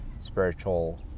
spiritual